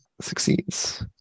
succeeds